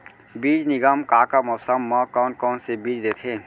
बीज निगम का का मौसम मा, कौन कौन से बीज देथे?